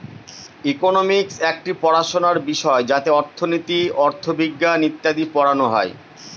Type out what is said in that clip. economics একটি পড়াশোনার বিষয় যাতে অর্থনীতি, অথবিজ্ঞান ইত্যাদি পড়ানো হয়